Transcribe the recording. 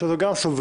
שזאת גם סוברניות,